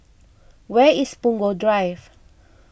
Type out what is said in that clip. where is Punggol Drive